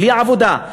בלי עבודה.